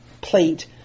plate